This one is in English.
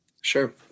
Sure